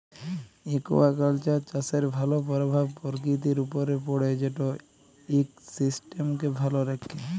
aquaculture চাষের ভালো পরভাব পরকিতির উপরে পড়ে যেট ইকসিস্টেমকে ভালো রাখ্যে